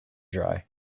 dry